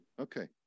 Okay